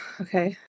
Okay